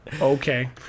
Okay